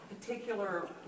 particular